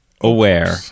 Aware